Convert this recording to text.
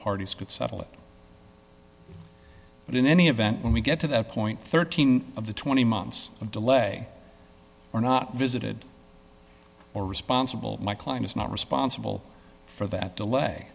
parties could settle it but in any event when we get to that point thirteen of the twenty months of delay are not visited or responsible my client is not responsible for that